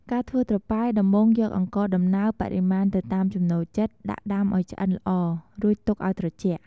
ការធ្វើត្រប៉ែ ដំបូងយកអង្ករដំណើប បរិមាណទៅតាមចំណូលចិត្ត ដាក់ដាំឱ្យឆ្អិនល្អ រួចទុកឱ្យត្រជាក់។